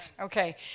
okay